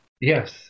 Yes